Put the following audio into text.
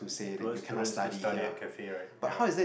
towards students to study at cafe right yeah